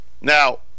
Now